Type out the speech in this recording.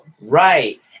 Right